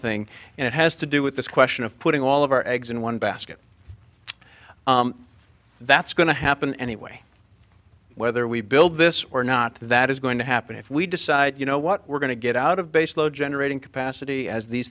thing and it has to do with this question of putting all of our eggs in one basket that's going to happen anyway whether we build this or not that is going to happen if we decide you know what we're going to get out of base load generating capacity as these